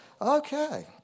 okay